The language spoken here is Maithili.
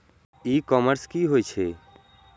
ई कॉमर्स की होय छेय?